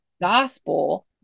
gospel